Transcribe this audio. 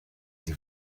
sie